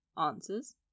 answers